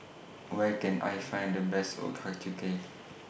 Where Can I Find The Best Ochazuke